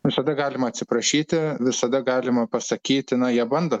visada galima atsiprašyti visada galima pasakyti na jie bando